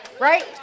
right